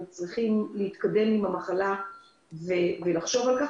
אנחנו נתקדם עם המחלה ונחשוב על כך,